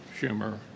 Schumer